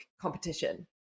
competition